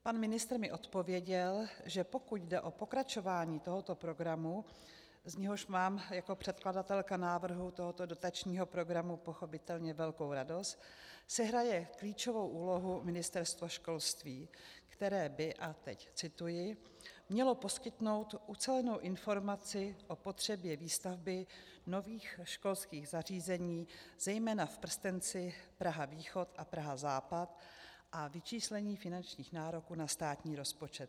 Pan ministr mi odpověděl, že pokud jde o pokračování tohoto programu, z něhož mám jako předkladatelka návrhu tohoto dotačního programu pochopitelně velkou radost, sehraje klíčovou úlohu Ministerstvo školství, které by a teď cituji mělo poskytnout ucelenou informaci o potřebě výstavby nových školských zařízení zejména v prstenci Prahavýchod a Prahazápad a vyčíslení finančních nároků na státní rozpočet.